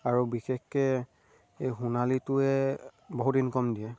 আৰু বিশেষকৈ এই সোণালীটোৱে বহুত ইনকম দিয়ে